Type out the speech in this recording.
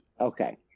Okay